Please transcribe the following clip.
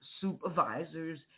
supervisors